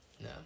No